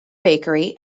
bakery